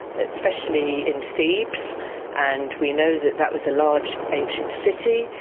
especially in thebes and we know that that was a large ancient city,